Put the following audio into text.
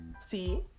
see